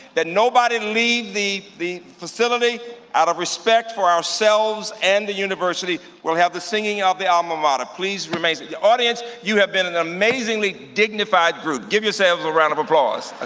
that nobody leave the the facility out of respect for ourselves and the university. we'll have the singing of the alma mater. please remain audience, you have been an amazingly dignified group. give yourselves a round of applause. ah